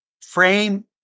frame